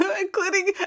including